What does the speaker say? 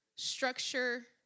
structure